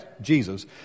Jesus